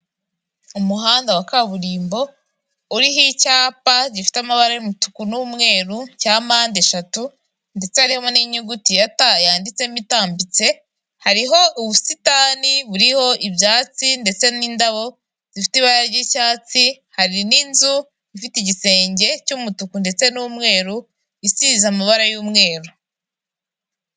Umuhanda wa kaburimbo, uriho icyapa gifite amabara y'umutuku n'umweru cya mpande eshatu ndetse harimo n'inyuguti ya t yanditsemo itambitse, hariho ubusitani buriho ibyatsi ndetse n'indabo zifite ibara ry'icyatsi, hari n'inzu ifite igisenge cy'umutuku ndetse n'umweru, isize amabara y'umweru.